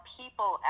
people